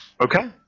Okay